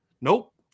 Nope